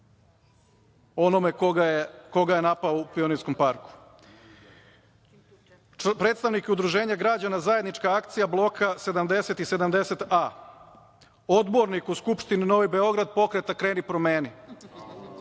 onome koga je napao u Pionirskom parku. Predstavnik je Udruženja građana Zajednička akcija Bloka 70 i 70a, odbornik u Skupštini Novi Beograd Pokreta „Kreni – promeni“,